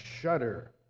shudder